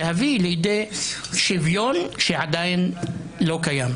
ולהביא לידי שוויון שעדיין לא קיים.